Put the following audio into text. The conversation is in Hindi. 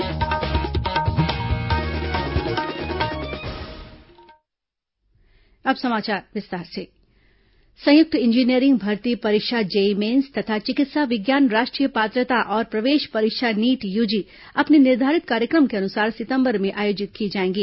जेईई नीट फास्टैग संयुक्त इंजीनियंरिंग भर्ती परीक्षा जेईई मेन्स तथा चिकित्सा विज्ञान राष्ट्रीय पात्रता और प्रवेश परीक्षा नीट यूजी अपने निर्धारित कार्यक्रम के अनुसार सिंतबर में आयोजित की जाएंगी